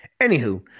Anywho